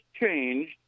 changed